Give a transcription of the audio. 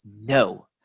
No